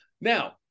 Now